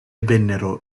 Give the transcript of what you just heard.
vennero